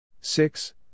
Six